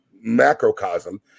macrocosm